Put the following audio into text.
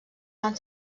fan